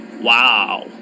Wow